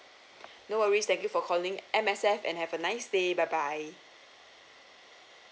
no worries thank you for calling M_S_F and have a nice day bye bye